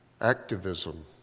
activism